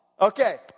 Okay